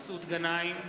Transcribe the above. מסעוד גנאים,